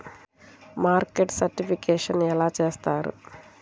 Market certification ఎలా చేస్తారు?